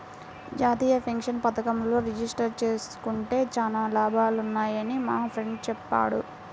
జాతీయ పెన్షన్ పథకంలో రిజిస్టర్ జేసుకుంటే చానా లాభాలున్నయ్యని మా ఫ్రెండు చెప్పాడు